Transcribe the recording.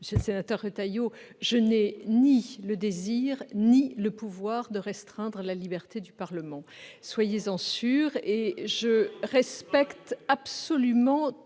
Monsieur Retailleau, je n'ai ni le désir ni le pouvoir de restreindre la liberté du Parlement, soyez-en sûr, et je respecte absolument